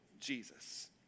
Jesus